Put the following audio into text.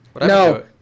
No